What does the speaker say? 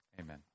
Amen